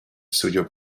suyo